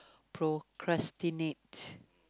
procrastinate